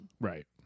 right